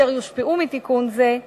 אשר יושפעו מתיקון זה,